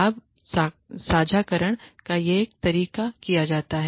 लाभ साझाकरण यह एक तरीका किया जा सकता है